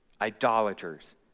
idolaters